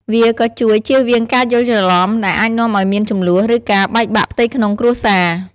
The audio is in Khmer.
វាក៏ជួយ ជៀសវាងការយល់ច្រឡំ ដែលអាចនាំឲ្យមានជម្លោះ ឬការបែកបាក់ផ្ទៃក្នុងគ្រួសារ។